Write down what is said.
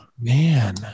Man